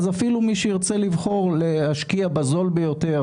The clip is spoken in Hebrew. אז אפילו מי שירצה לבחור להשקיע בזול ביותר